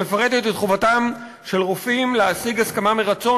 המפרטת את חובתם של רופאים להשיג הסכמה מרצון